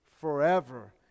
forever